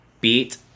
beat